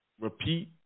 repeat